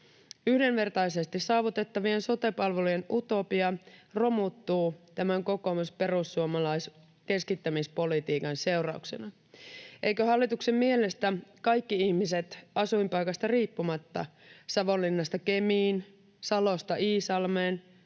Yhdenvertaisesti saavutettavien sote-palvelujen utopia romuttuu tämän kokoomuslais-perussuomalaisen keskittämispolitiikan seurauksena. Eivätkö hallituksen mielestä kaikki ihmiset asuinpaikasta riippumatta — Savonlinnasta Kemiin, Salosta Iisalmeen,